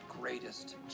greatest